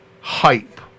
hype